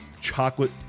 chocolate